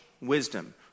wisdom